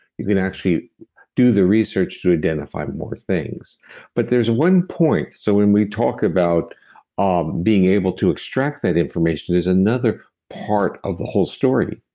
you can actually do the research to identify more things but there's one point, so when we talk about um being able to extract that information, there's another part of the whole story,